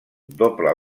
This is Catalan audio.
doble